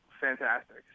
fantastic